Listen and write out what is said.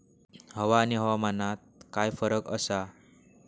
हवा आणि हवामानात काय फरक असा?